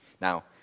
Now